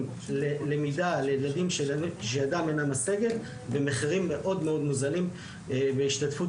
ללמידה לילדים שידם אינה משגת במחירים מאוד מוזלים בהשתתפות